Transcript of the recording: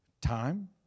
time